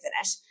finish